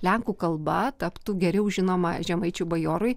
lenkų kalba taptų geriau žinoma žemaičių bajorui